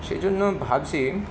সেই জন্য ভাবছি